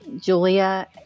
Julia